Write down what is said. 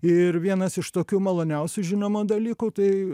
ir vienas iš tokių maloniausių žinoma dalykų tai